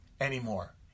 anymore